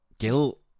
Guilt